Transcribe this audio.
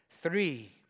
Three